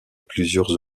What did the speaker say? plusieurs